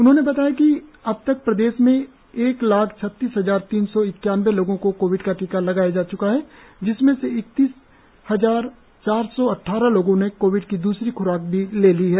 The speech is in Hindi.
उन्होंने बताया कि अब तक प्रदेश एक लाख छत्तीस हजार तीन सौ इक्यानबे लोगों को कोविड का टीका लगाया जा चुका है जिसमें से इकतीस हजार चार सौ अड्डारह लोगों ने कोविड की दूसरी ख्राक भी ले ली है